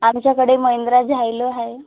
आमच्याकडे महिंद्रा झायलो आहे